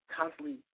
constantly